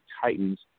Titans